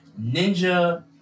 ninja